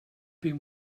been